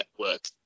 network